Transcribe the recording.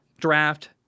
draft